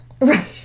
Right